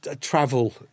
travel